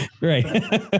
Right